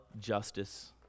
justice